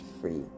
free